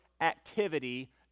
activity